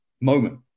moment